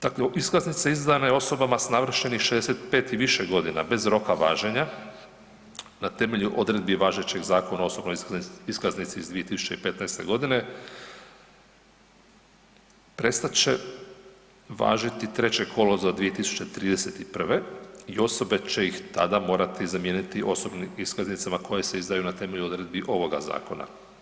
Tako iskaznice izdane osobama s navršenih 65 i više godina bez roka važenja na temelju odredbi važećeg Zakona o osobnoj iskaznici iz 2015. godine prestat će važiti 3. kolovoza 2031. i osobe će ih tada morati zamijeniti osobnim iskaznicama koje se izdaju na temelju odredbi ovoga zakona.